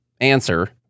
answer